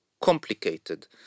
complicated